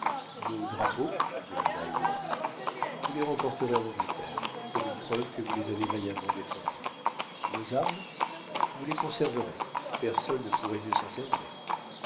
nos drapeaux demanda heyward vous les remporterez en angleterre comme une preuve que vous les avez vaillamment défendus nos armes vous les conserverez personne ne pourrait mieux s'en servir